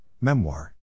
Memoir